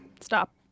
Stop